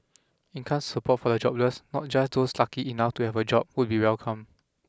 income support for the jobless not just those lucky enough to have a job would be welcome